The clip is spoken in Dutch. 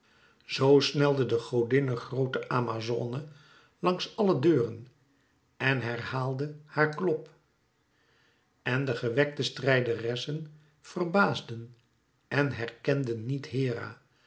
zoo snelde de godinne groote amazone langs alle deuren en herhaalde haar klop en de gewekte strijderessen verbaasden en herkenden niet hera